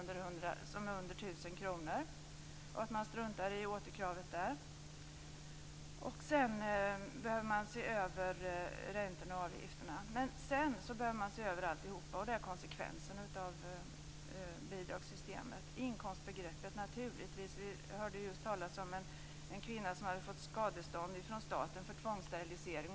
Det gäller 50 000 bidragsansökningar. Man behöver också se över räntorna och avgifterna. Men sedan behöver man se över alltihop. Det är konsekvensen av bidragssystemet. Det gäller naturligtvis inkomstbegreppet. Vi hörde just talas om en kvinna som hade fått skadestånd från staten för en tvångssterilisering.